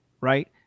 Right